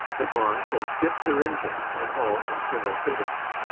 the boche have stripped her engines and all internal fittings.